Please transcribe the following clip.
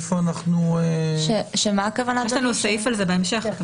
יש לנו סעיף על זה בהמשך.